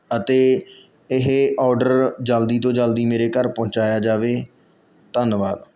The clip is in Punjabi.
ਅਤੇ ਇਹ ਔਡਰ ਜਲਦੀ ਤੋਂ ਜਲਦੀ ਮੇਰੇ ਘਰ ਪਹੁੰਚਾਇਆ ਜਾਵੇ ਧੰਨਵਾਦ